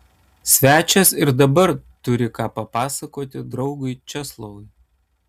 svečias ir dabar turi ką papasakoti draugui česlovui